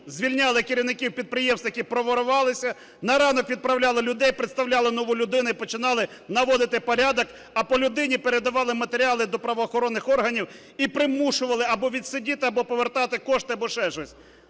звільняли керівників підприємств, які проворувалися, на ранок відправляли людей, представляли нову людину і починали наводити порядок, а по людині передавали матеріали до правоохоронних органів і примушували або відсидіти, або повертати кошти, або ще щось.